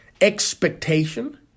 expectation